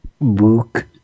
Book